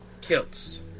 kilts